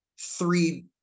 three